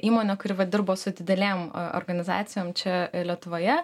įmonė kuri va dirbo su didelėm organizacijom čia lietuvoje